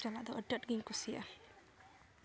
ᱪᱟᱞᱟᱜ ᱫᱚ ᱟᱹᱰᱤ ᱟᱸᱴᱜᱤᱧ ᱠᱩᱥᱤᱭᱟᱜᱼᱟ